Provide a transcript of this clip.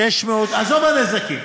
עזוב הנזקים.